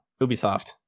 ubisoft